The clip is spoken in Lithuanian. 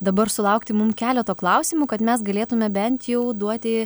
dabar sulaukti mum keleto klausimų kad mes galėtume bent jau duoti